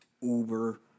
Uber